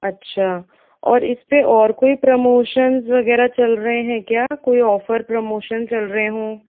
अच्छा और इसपे और कोई प्रमोशन वगैरह चल रहे हैं क्या कोई और ऑफर प्रमोशन है चल रहे हों